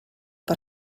per